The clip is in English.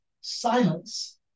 silence